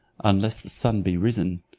unless the sun be risen.